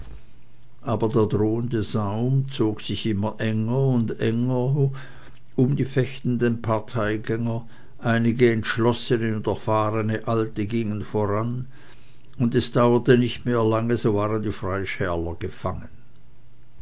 aber der drohende saum zog sich immer enger und enger um die fechtenden parteigänger einige entschlossene und erfahrene alte gingen voran und es dauerte nicht mehr lange so waren die freischärler gefangen